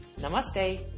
Namaste